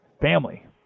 Family